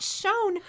shown